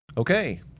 Okay